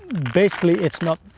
basically, it's not